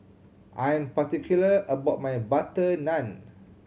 I am particular about my butter naan